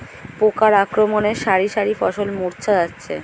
পোকার আক্রমণে শারি শারি ফসল মূর্ছা যাচ্ছে